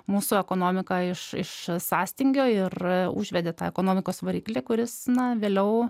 mūsų ekonomika iš sąstingio ir užvedė tą ekonomikos variklį kuris na vėliau